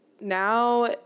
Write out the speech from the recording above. now